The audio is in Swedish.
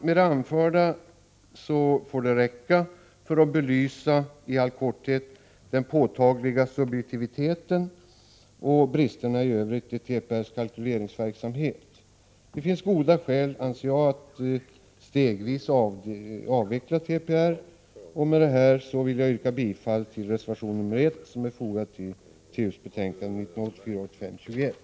Det anförda får räcka för att i all korthet belysa den påtagliga subjektiviteten och bristerna i övrigt i TPR:s kalkyleringsverksamhet. Det finns goda skäl att stegvis avveckla TPR. Med detta yrkar jag bifall till reservation nr 1 som är fogad till trafikutskottets betänkande 1984/85:21.